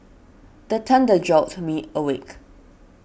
the thunder jolt me awake